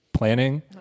Planning